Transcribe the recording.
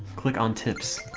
click on tips